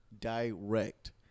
direct